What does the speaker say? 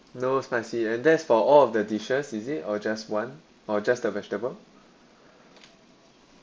no spicy and that's for all of the dishes is it or just one or just the vegetable